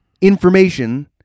information